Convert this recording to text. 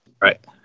Right